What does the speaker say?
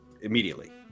immediately